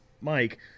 Mike